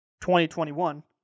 2021